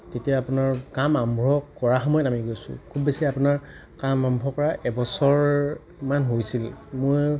তেতিয়া আপোনাৰ কাম আৰম্ভ কৰাৰ সময়ত আমি গৈছোঁ খুব বেছি আপোনাৰ কাম আৰম্ভ কৰা এবছৰ মান হৈছিল মোৰ